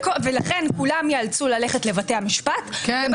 ולכן כולם ייאלצו ללכת לבתי המשפט -- כן,